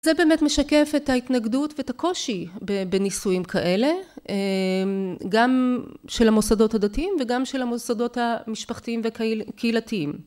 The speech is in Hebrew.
זה באמת משקף את ההתנגדות ואת הקושי בנישואים כאלה גם של המוסדות הדתיים וגם של המוסדות המשפחתיים וקהילתיים